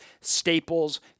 staples